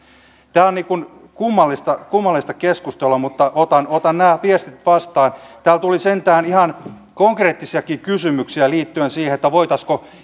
tämä on kummallista kummallista keskustelua mutta otan otan nämä viestit vastaan täällä tuli sentään ihan konkreettisiakin kysymyksiä liittyen siihen voitaisiinko